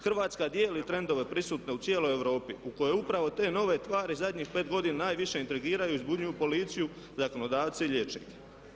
Hrvatska dijeli trendove prisutne u cijeloj Europi u kojoj upravo te novi tvari zadnjih 5 godina najviše intrigiraju i zbunjuju policiju, zakonodavce i liječnike.